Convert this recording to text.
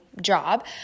job